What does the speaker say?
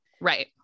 Right